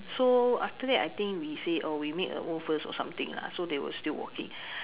so after that I think we say oh we made a move first or something lah so they were still walking